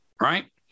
right